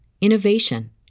innovation